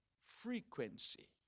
frequency